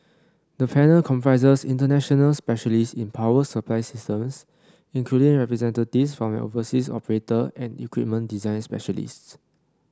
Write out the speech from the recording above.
the panel comprises international specialists in power supply systems including representatives from an overseas operator and equipment design specialists